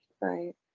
Right